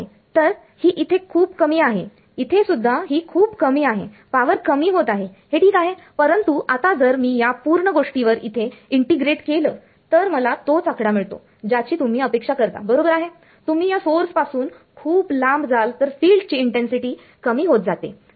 तर ही इथे खूप कमी आहे इथे सुद्धा ही खूप कमी आहे पावर कमी होत आहे हे ठीक आहे परंतु आता जर मी या पुर्ण गोष्टी वर इथे इंटिग्रेट केलं तर मला तोच आकडा मिळतो ज्याची तुम्ही अपेक्षा करता बरोबर आहे तुम्ही या सोर्स पासून खूप लांब जाल तर फिल्डची इन्टेन्सिटी कमी होत जाते